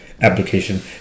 application